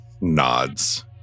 nods